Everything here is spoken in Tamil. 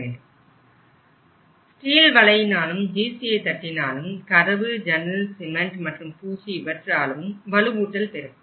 ஸ்டீல் வலையினாலும் GCI தட்டினாலும் கதவு ஜன்னல் சிமெண்ட் மற்றும் பூச்சு இவற்றாலும் வலுவூட்டல் பெறும்